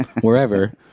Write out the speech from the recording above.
wherever